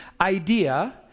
idea